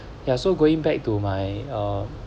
ya so going back to my uh